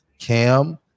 Cam